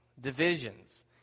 divisions